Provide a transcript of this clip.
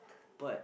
but